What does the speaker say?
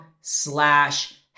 slash